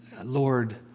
Lord